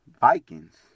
Vikings